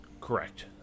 Correct